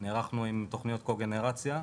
נערכנו עם תוכניות קוגנרציה.